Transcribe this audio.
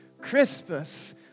Christmas